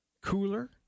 cooler